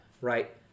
right